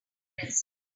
present